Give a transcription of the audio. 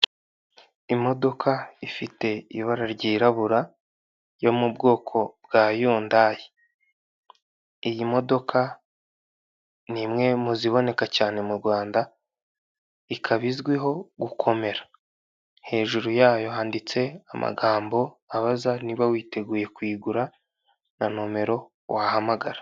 Imodoka ifite ibara ryirabura yo mu bwoko bwa yundayi iyi modoka ni imwe mu ziboneka cyane mu Rwanda ikaba izwiho gukomera hejuru yayo handitse amagambo abaza niba witeguye kuyigura na nomero wahamagara.